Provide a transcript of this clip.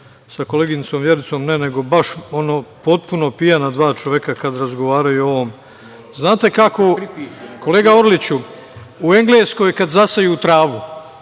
sa koleginicom Vjericom, ne, nego baš ono potpuno pijana dva čoveka kad razgovaraju o ovome. Kolega Orliću, u Engleskoj kad zaseju travu,